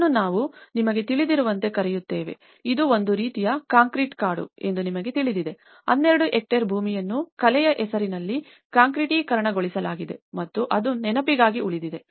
ಇದನ್ನು ನಾವು ನಿಮಗೆ ತಿಳಿದಿರುವಂತೆ ಕರೆಯುತ್ತೇವೆ ಇದು ಒಂದು ರೀತಿಯ ಕಾಂಕ್ರೀಟ್ ಕಾಡು ಎಂದು ನಿಮಗೆ ತಿಳಿದಿದೆ 12 ಹೆಕ್ಟೇರ್ ಭೂಮಿಯನ್ನು ಕಲೆಯ ಹೆಸರಿನಲ್ಲಿ ಕಾಂಕ್ರೀಟೀಕರಣಗೊಳಿಸಲಾಗಿದೆ ಮತ್ತು ಅದು ನೆನಪಿಗಾಗಿ ಉಳಿದಿದೆ